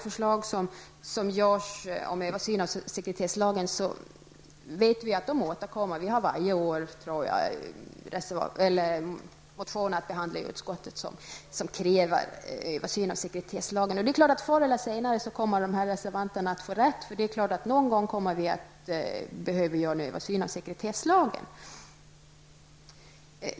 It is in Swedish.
Förslagen i övrigt om översyn av sekretesslagen vet vi återkommer. Varje år har vi i utskottet att behandla motioner som kräver en översyn av sekretesslagen. Det är klart att dessa reservanter kommer att få rätt förr eller senare. Någon gång kommer vi att behöva göra en översyn av sekretesslagen.